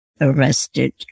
arrested